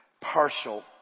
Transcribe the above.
partial